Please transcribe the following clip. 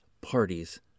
parties